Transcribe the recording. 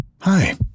Hi